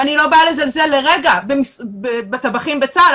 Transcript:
אני לא באה לזלזל לרגע בטבחים בצה"ל,